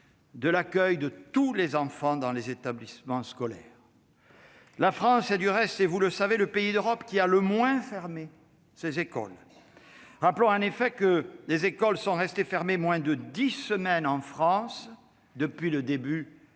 de l'accueil de tous les enfants dans les établissements scolaires. La France est du reste, vous le savez, le pays d'Europe qui a le moins fermé ses écoles. Rappelons en effet que les écoles sont restées fermées moins de 10 semaines en France depuis le début de la